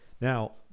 Now